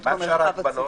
מה עם שאר ההגבלות?